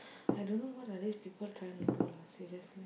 I don't know what are these people trying to do lah seriously